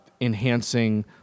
enhancing